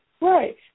Right